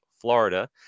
Florida